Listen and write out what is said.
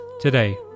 today